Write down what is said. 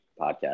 podcast